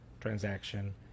transaction